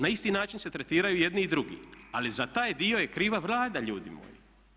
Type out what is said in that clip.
Na isti način se tretiraju i jedni i drugi ali za taj dio je kriva Vlada ljudi moji.